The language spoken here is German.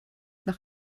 noch